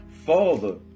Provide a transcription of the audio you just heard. Father